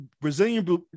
Brazilian